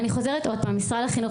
אני חוזרת עוד פעם: משרד החינוך,